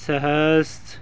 ਸਹਿਸ